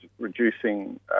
reducing